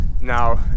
now